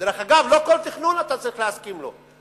דרך אגב, לא כל תכנון, אתה צריך להסכים לו.